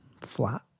flat